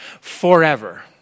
forever